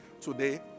today